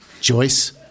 Joyce